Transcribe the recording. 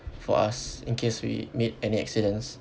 for us in case we meet any accidents